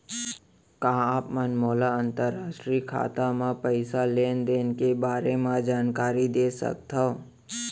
का आप मन मोला अंतरराष्ट्रीय खाता म पइसा लेन देन के बारे म जानकारी दे सकथव?